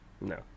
No